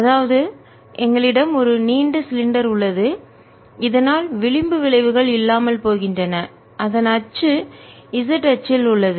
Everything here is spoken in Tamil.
அதாவது எங்களிடம் ஒரு நீண்ட சிலிண்டர் உள்ளது இதனால் விளிம்பு விளைவுகள் இல்லாமல் போகின்றன அதன் அச்சு z அச்சில் உள்ளது